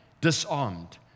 disarmed